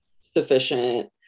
sufficient